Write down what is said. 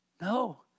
No